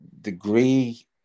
degree